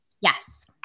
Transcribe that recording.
Yes